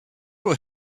will